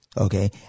Okay